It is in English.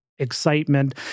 excitement